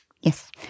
Yes